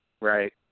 Right